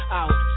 out